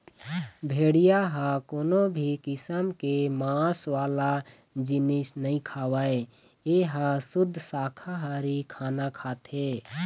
भेड़िया ह कोनो भी किसम के मांस वाला जिनिस नइ खावय ए ह सुद्ध साकाहारी खाना खाथे